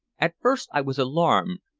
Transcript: at first i was alarmed,